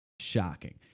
Shocking